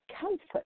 comfort